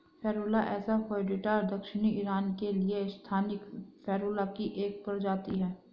Ferula asa foetida दक्षिणी Iran के लिए स्थानिक फेरुला की एक प्रजाति है